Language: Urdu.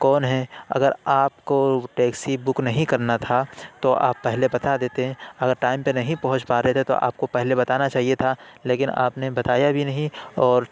کون ہے اگر آپ کو ٹیکسی بک نہیں کرنا تھا تو آپ پہلے بتا دیتے اگر ٹائم پہ نہیں پہنچ پا رہے تھے تو آپ کو پہلے بتانا چاہیے تھا لیکن آپ نے بتایا بھی نہیں اور